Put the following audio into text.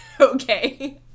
okay